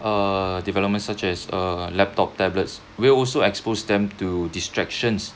uh development such as uh laptop tablets will also expose them to distractions